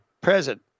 present